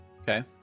Okay